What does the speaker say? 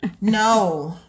no